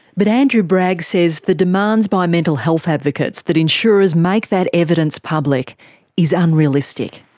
but andrew bragg says the demands by mental health advocates that insurers make that evidence public is unrealistic.